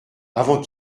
avant